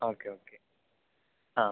okay okay ആ